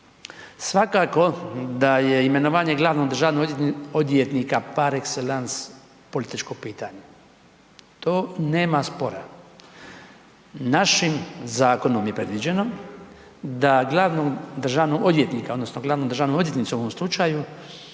Svakako da je imenovanje glavnog državnog odvjetnika par excellence političko pitanje, to nema spora. Našim zakonom je predviđeno da glavnog državnog odvjetnika odnosno glavnu